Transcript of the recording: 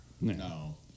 No